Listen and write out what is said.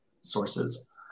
sources